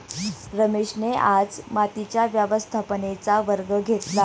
रमेशने आज मातीच्या व्यवस्थापनेचा वर्ग घेतला